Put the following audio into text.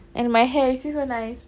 and my hair you see so nice